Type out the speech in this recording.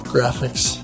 Graphics